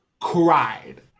cried